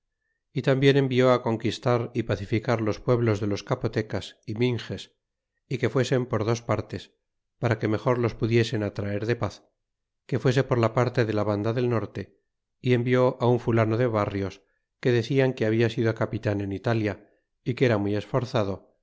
y tambien envió conquistar pacificar los pueblos de los capotecas y minxes y que fuesen por dos partes para que mejor los pudiesen atraer de paz que fuese por la parte de la vanda del norte fi envió á im fulano de barrios que decian que habia sido capitan en italia y que era muy esforzado